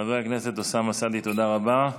חבר הכנסת אוסאמה סעדי, תודה רבה.